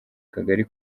kagali